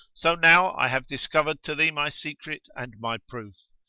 so now i have discovered to thee my secret and my proof,